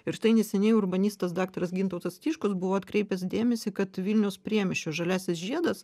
ir štai neseniai urbanistas daktaras gintautas tiškus buvo atkreipęs dėmesį kad vilniaus priemiesčio žaliasis žiedas